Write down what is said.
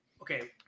okay